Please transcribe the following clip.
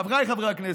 חבריי חברי הכנסת,